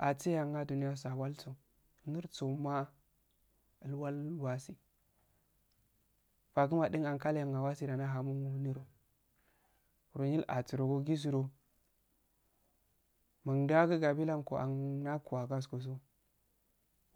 Ah tiyama duniya su awwal so nirggoma ilwalungowasi faguma dun ankal hen awagi da ndahamo niro niro asuro go gigudoh